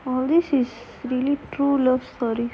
oh this is really true love story